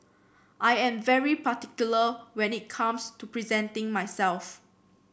I am very particular when it comes to presenting myself